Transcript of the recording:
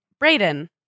Brayden